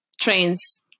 trains